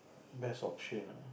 best option ah